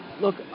look